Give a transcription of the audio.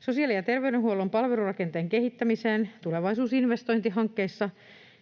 Sosiaali‑ ja terveydenhuollon palvelurakenteen kehittämiseen tulevaisuusinvestointihankkeissa